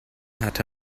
hatte